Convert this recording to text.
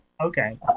Okay